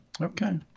Okay